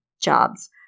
Jobs